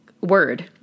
word